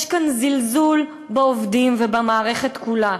יש כאן זלזול בעובדים ובמערכת כולה.